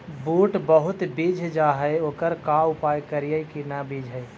बुट बहुत बिजझ जा हे ओकर का उपाय करियै कि न बिजझे?